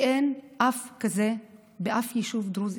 כי אין כזה באף יישוב דרוזי.